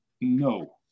no